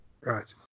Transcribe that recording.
right